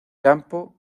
campo